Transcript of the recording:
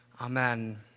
Amen